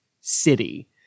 city